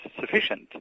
sufficient